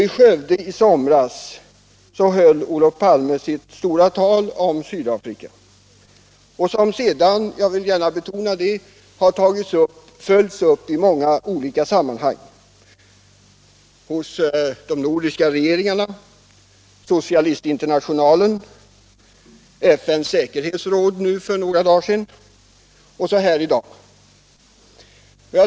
I Skövde i somras höll Olof Palme sitt stora tal om Sydafrika, som sedan har följts upp i många olika sammanhang — hos de nordiska regeringarna, i socialistinternationalen, i FN:s säkerhetsråd för några dagar sedan och här i dag.